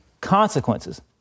consequences